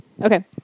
Okay